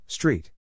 Street